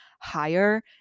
higher